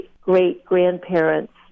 great-grandparents